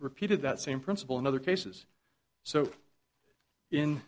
repeated that same principle in other cases so in